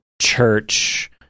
church